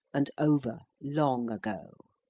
and over long ago.